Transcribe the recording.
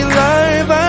life